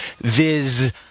Viz